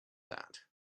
that